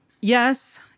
Yes